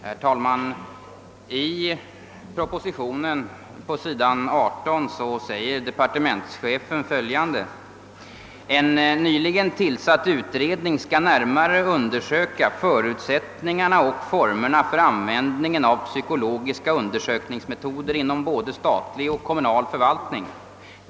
Herr talman! På sidan 18 i propositionen 126 säger departementschefen följande: »En nyligen tillsatt utredning skall närmare undersöka förutsättningarna och formerna för användningen av psykologiska undersökningsmetoder inom både statlig och kommunal förvaltning.